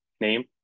name